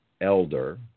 elder